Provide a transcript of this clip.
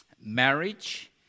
marriage